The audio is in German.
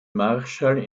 marshall